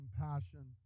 compassion